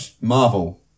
Marvel